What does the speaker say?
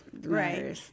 right